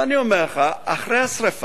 ואני אומר לך, אחרי השרפה,